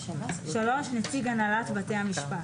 נציג הנהלת בתי המשפט.